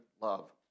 Love